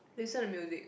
listen to music